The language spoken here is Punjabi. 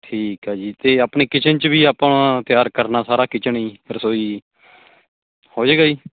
ਠੀਕ ਆ ਜੀ ਅਤੇ ਆਪਣੀ ਕਿਚਨ 'ਚ ਵੀ ਆਪਾਂ ਤਿਆਰ ਕਰਨਾ ਸਾਰਾ ਕਿਚਨ ਜੀ ਰਸੋਈ ਜੀ ਹੋ ਜਾਵੇਗਾ ਜੀ